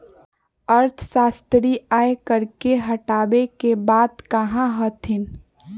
अर्थशास्त्री आय कर के हटावे के बात कहा हथिन